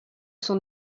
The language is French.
sont